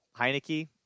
Heineke